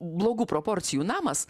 blogų proporcijų namas